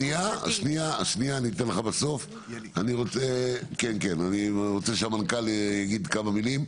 אני רוצה שהמנכ"ל יגיד כמה מילים.